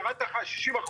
ירד לך 60%,